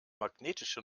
magnetische